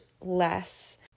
less